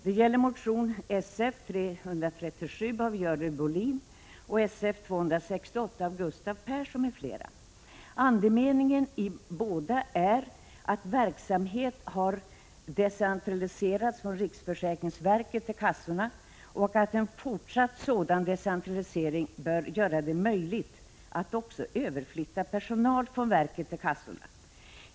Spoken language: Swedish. Det är motion §f337 av Görel Bohlin och motion Sf268 av Gustav Persson m.fl. Andemeningen i båda är att verksamhet har decentraliserats från riksförsäkringsverket till kassorna och att en fortsatt sådan decentralisering bör göra det möjligt att också överflytta personal från verket till kassorna.